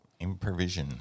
improvision